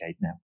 now